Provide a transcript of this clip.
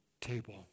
table